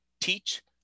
Teach